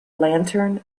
lantern